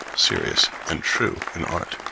serious, and true in art